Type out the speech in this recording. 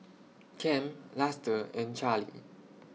Kem Luster and Charly